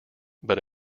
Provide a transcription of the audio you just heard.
but